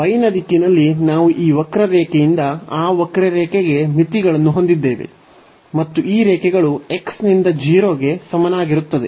y ನ ದಿಕ್ಕಿನಲ್ಲಿ ನಾವು ಈ ವಕ್ರರೇಖೆಯಿಂದ ಆ ವಕ್ರರೇಖೆಗೆ ಮಿತಿಗಳನ್ನು ಹೊಂದಿದ್ದೇವೆ ಮತ್ತು ಈ ರೇಖೆಗಳು x ನಿಂದ 0 ಗೆ ಸಮನಾಗಿರುತ್ತದೆ